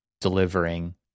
delivering